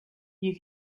you